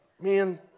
Man